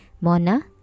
Mona